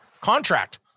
contract